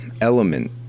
element